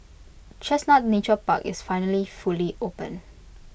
chestnut Nature Park is finally fully open